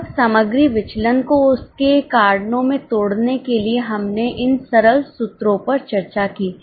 तब सामग्री विचलन को उसके कारणों में तोड़ने के लिए हमने इन सरल सूत्रों पर चर्चा की थी